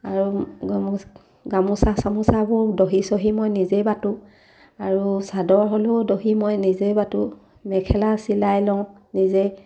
আৰু গামোচা গামোচা চামোচাবোৰ দহি চহি মই নিজেই বাতো আৰু চাদৰ হ'লেও দহি মই নিজেই বাতো মেখেলা চিলাই লওঁ নিজেই